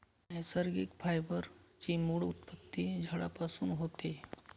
नैसर्गिक फायबर ची मूळ उत्पत्ती झाडांपासून होते